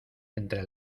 entre